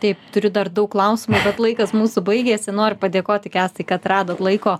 taip turiu dar daug klausimų bet laikas mūsų baigėsi noriu padėkoti kęstai kad radot laiko